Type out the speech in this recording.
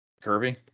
Kirby